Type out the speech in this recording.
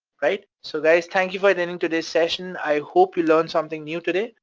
right? so guys, thank you for attending today's session, i hope you learned something new today.